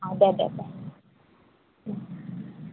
অঁ দে দে দে